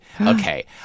okay